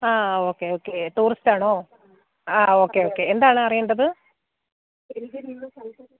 ആ okay okay ടൂറിസ്റ്റാണോ ആ ഓക്കെ ഓക്കെ എന്താണ് അറിയേണ്ടത്